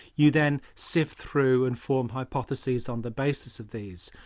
you then sift through and form hypothesise on the basis of these.